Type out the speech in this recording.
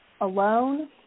Alone